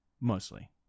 mostly